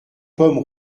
pommes